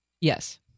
Yes